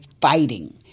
fighting